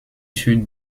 sud